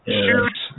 shoot